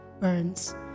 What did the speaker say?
burns